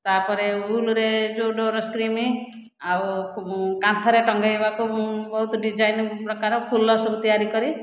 ତା'ପରେ ଉଲ୍ରେ ଯେଉଁ ଡୋର୍ ସ୍କ୍ରିନ୍ ଆଉ କାନ୍ଥରେ ଟଙ୍ଗାଇବାକୁ ମୁଁ ବହୁତ ଡିଜାଇନ୍ ପ୍ରକାର ଫୁଲ ସବୁ ତିଆରି କରେ